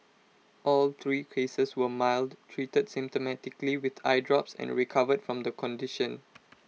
all three cases were mild treated symptomatically with eye drops and recovered from the condition